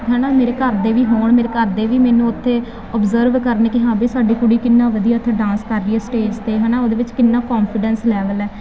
ਹੈ ਨਾ ਮੇਰੇ ਘਰ ਦੇ ਵੀ ਹੋਣ ਮੇਰੇ ਘਰ ਦੇ ਵੀ ਮੈਨੂੰ ਉੱਥੇ ਓਬਜਰਵ ਕਰਨ ਕਿ ਹਾਂ ਵੀ ਸਾਡੀ ਕੁੜੀ ਕਿੰਨਾ ਵਧੀਆ ਉੱਥੇ ਡਾਂਸ ਕਰ ਰਹੀ ਹੈ ਸਟੇਜ 'ਤੇ ਹੈ ਨਾ ਉਹਦੇ ਵਿੱਚ ਕਿੰਨਾ ਕੌਫੀਡੈਂਸ ਲੈਵਲ ਹੈ